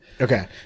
okay